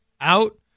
out